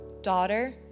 daughter